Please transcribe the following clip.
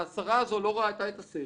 השרה הזו לא ראתה את הסרט,